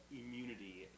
immunity